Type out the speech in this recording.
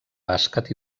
bàsquet